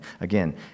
Again